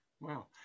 wow